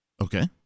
Okay